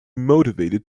motivated